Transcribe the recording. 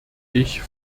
ich